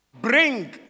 Bring